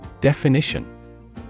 Definition